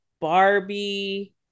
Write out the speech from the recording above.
Barbie